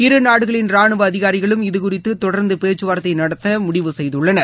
இருநாடுகளின் ராணுவ அதிகாரிகளும் இது குறித்து தொடர்ந்து பேச்சுவார்தை நடத்த முடிவு செய்துள்ளனர்